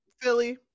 Philly